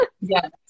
yes